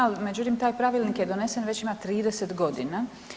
Ali međutim, taj Pravilnik je donesen već na 30 godina.